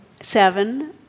Seven